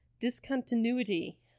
discontinuity